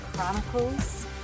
Chronicles